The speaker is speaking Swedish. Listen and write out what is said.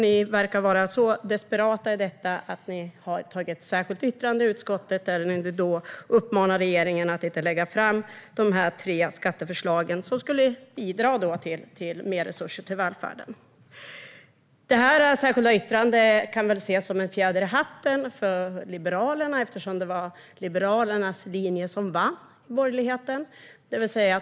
Ni verkar vara desperata i fråga om detta. Ni har tagit fram ett särskilt yttrande i utskottet där ni uppmanar regeringen att inte lägga fram de tre skatteförslagen, som skulle bidra till mer resurser till välfärden. Detta särskilda yttrande kan väl ses som en fjäder i hatten för Liberalerna, eftersom det var Liberalernas linje som vann i borgerligheten.